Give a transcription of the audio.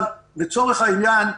אבל לצורך העניין,